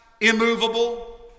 immovable